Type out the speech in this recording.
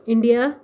India